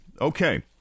Okay